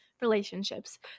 relationships